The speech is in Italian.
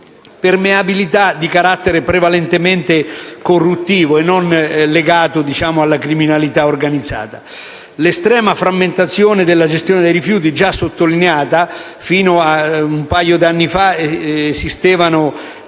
permeabilità è di carattere prevalentemente corruttivo e non legata alla criminalità organizzata. L'estrema frammentazione nella gestione dei rifiuti è stata già sottolineata: fino ad un paio di anni fa esistevano